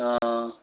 অঁ